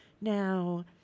Now